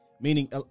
Meaning